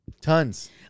tons